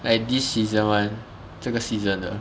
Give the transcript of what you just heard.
like this season [one] 这个 season 的